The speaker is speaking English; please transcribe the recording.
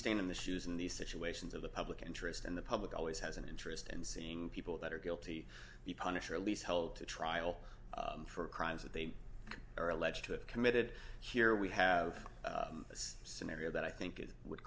stand in the shoes in these situations of the public interest and the public always has an interest in seeing people that are guilty be punished or at least held to trial for crimes that they are alleged to committed here we have this scenario that i think it would